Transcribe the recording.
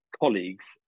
colleagues